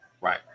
Right